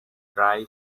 dry